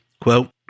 quote